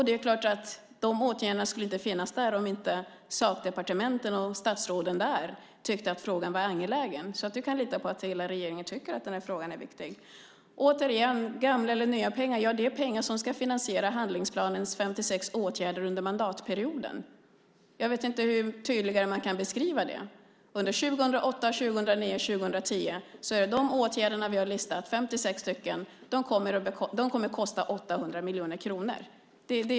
Det är klart att åtgärderna inte skulle finnas där om inte sakdepartementen och de berörda statsråden tyckte att frågan var angelägen. Du kan alltså lita på att hela regeringen tycker att frågan är viktig. Beträffande gamla eller nya pengar vill jag säga att det är pengar som ska finansiera handlingsplanens 56 åtgärder under mandatperioden. Jag vet inte hur mycket tydligare man kan beskriva det. Under 2008, 2009 och 2010 kommer de 56 åtgärder som vi listat att kosta 800 miljoner kronor.